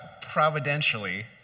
Providentially